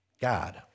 God